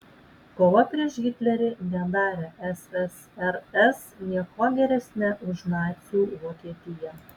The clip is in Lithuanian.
kova prieš hitlerį nedarė ssrs niekuo geresne už nacių vokietiją